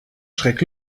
schreck